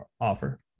offer